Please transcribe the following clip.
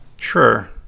sure